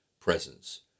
presence